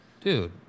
Dude